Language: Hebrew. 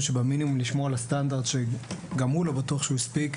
של המינימום לשמור על הסטנדרט שגם הוא לא בטוח שהוא הספיק.